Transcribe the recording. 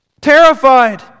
Terrified